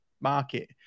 Market